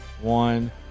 one